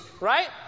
right